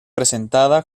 presentada